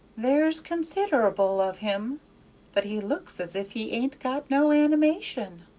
there's consider'ble of him but he looks as if he ain't got no animation.